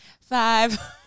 five